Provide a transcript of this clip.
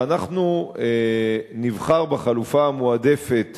ואנחנו נבחר בחלופה המועדפת